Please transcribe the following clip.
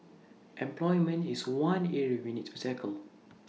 employment is one area we need to tackle